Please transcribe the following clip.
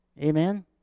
Amen